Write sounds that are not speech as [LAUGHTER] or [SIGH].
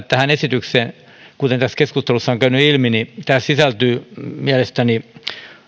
[UNINTELLIGIBLE] tähän esitykseen kuten tässä keskustelussa on käynyt ilmi sisältyy mielestäni